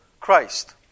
Christ